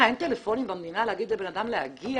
מה, אין טלפונים במדינה להגיד לבן אדם להגיע?